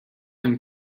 him